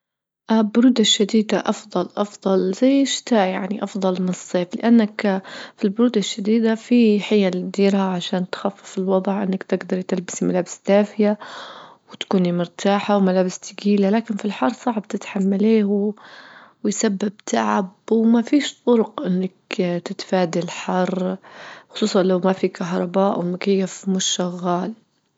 البرودة الشديدة أفضل-أفضل زي الشتا يعني أفضل من الصيف لأنك البرودة الشديدة في حيل تديرها عشان تخفف الوضع أنك تقدري تلبسي ملابس دافية وتكوني مرتاحة وملابس ثقيلة لكن في الحر صعب تتحمليه ويسبب تعب وما فيش طرج أنك تتفادى الحر خصوصا لو ما في كهرباء والمكيف مش شغال.